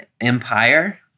empire